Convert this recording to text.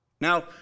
Now